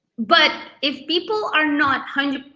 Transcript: but if people are not hundred,